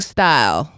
Style